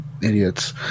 idiots